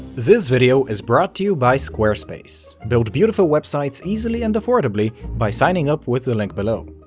this video is brought to you by squarespace. build beautiful websites easily and affordably by signing up with the link below.